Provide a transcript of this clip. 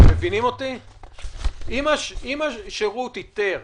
אם השירות איתר